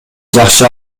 жакшы